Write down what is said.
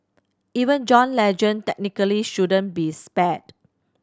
even John Legend technically shouldn't be spared